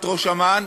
את ראש אמ"ן,